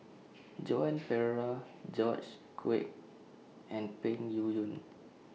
Joan Pereira George Quek and Peng Yuyun